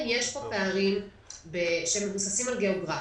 שיש פה פערים שמבוססים על גאוגרפיה,